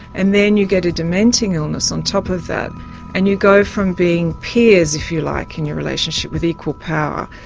and then you get a dementing illness on top of that and you go from being peers, if you like, in your relationship with equal power,